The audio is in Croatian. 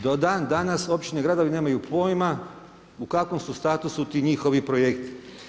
Do dan dana općine i gradovi nemaju pojma u kakvom su statusu ti njihovi projekti.